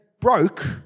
broke